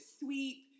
sweep